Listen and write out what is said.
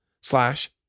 slash